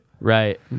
Right